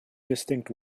distinct